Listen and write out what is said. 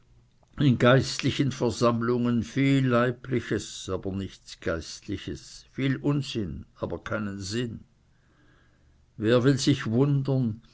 in geistlichen versammlungen viel leibliches aber nichts geistliches viel unsinn aber keinen sinn wer will sich wundern